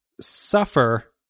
suffer